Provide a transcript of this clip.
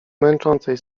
męczącej